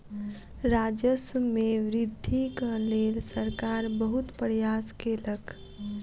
राजस्व मे वृद्धिक लेल सरकार बहुत प्रयास केलक